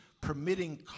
permitting